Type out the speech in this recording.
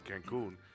Cancun